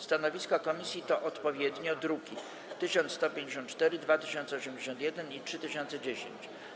Stanowiska komisji to odpowiednio druki nr 1154, 2081 i 3010.